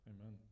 Amen